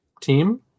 team